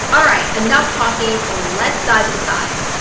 alright, enough talking. ah let's dive inside.